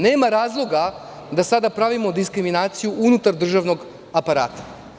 Nema razloga da sada pravimo diskriminaciju unutar državnog aparata.